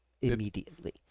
Immediately